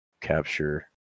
capture